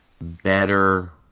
better